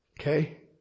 Okay